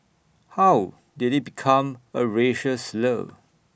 how did IT become A racial slur